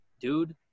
dude